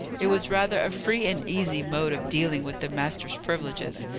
it was rather a free and easy mode of dealing with the master's privileges,